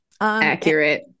accurate